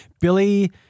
Billy